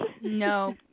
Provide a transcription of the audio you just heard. No